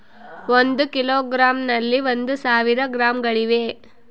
ಒಂದು ಕಿಲೋಗ್ರಾಂ ನಲ್ಲಿ ಒಂದು ಸಾವಿರ ಗ್ರಾಂಗಳಿವೆ